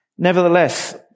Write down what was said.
Nevertheless